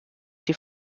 die